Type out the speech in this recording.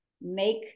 make